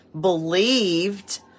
believed